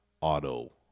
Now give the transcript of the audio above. Auto